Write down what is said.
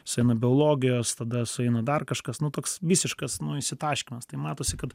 sueina biologijos tada sueina dar kažkas nu toks visiškas išsitaškymas tai matosi kad